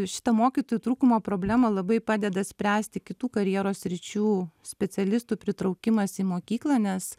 šitą mokytojų trūkumo problemą labai padeda spręsti kitų karjeros sričių specialistų pritraukimas į mokyklą nes